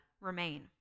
remain